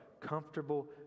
comfortable